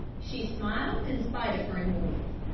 she smiled in spite of her annoyance.